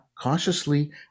cautiously